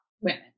women